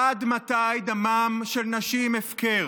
עד מתי דמן של נשים הפקר?